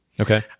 Okay